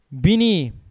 Bini